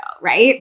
right